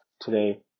today